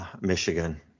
michigan